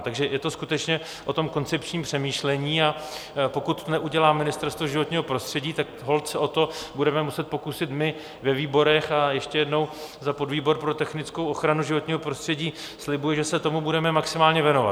Takže je to skutečně o koncepčním přemýšlení, a pokud to neudělá Ministerstvo životního prostředí, tak holt se o to budeme muset pokusit my ve výborech, a ještě jednou za podvýbor pro technickou ochranu životního prostředí slibuji, že se tomu budeme maximálně věnovat.